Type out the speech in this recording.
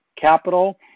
capital